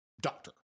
doctor